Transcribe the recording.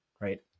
right